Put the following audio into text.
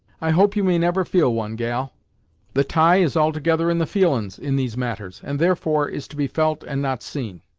i hope you may never feel one, gal the tie is altogether in the feelin's, in these matters, and therefore is to be felt and not seen.